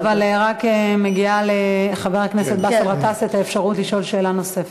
אבל רק מגיעה לחבר הכנסת באסל גטאס האפשרות לשאול שאלה נוספת.